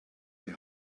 die